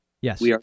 Yes